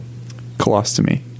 Colostomy